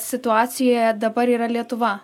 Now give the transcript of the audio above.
situacijoje dabar yra lietuva